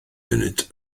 funud